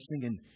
singing